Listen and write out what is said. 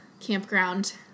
Campground